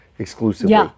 exclusively